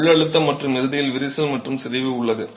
உள் அழுத்தம் மற்றும் இறுதியில் விரிசல் மற்றும் சிதைவு உள்ளது